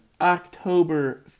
October